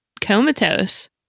comatose